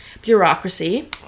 bureaucracy